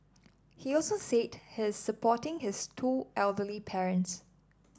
he also said he is supporting his two elderly parents